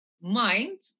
mind